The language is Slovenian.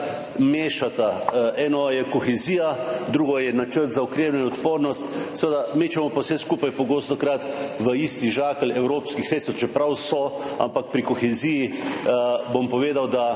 mešata. Eno je kohezija, drugo je načrt za okrevanje in odpornost, mečemo pa vse skupaj pogostokrat v isti žakelj evropskih sredstev. Pri koheziji bom povedal, da